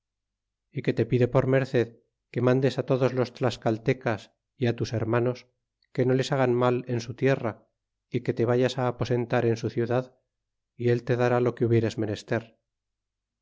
y que te pide por merced que mandes a todos los tlascaltecas é a tus hermanos que no les hagan mal en su tierra y que te vayas al aposentar en su ciudad y elle tiara lo que hubieres menester